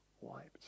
wiped